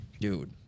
dude